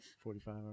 Forty-five